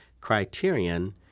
criterion